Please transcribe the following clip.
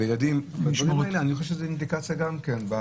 אני חושב שזו אינדיקציה גם כן.